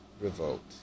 revolt